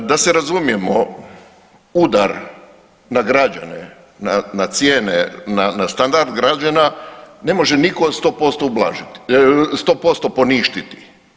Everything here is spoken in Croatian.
Da se razumijemo udar na građane, na cijene, na standard građana ne može nitko 100% ublažiti, 100% poništiti.